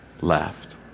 left